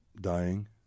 dying